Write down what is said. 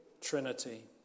Trinity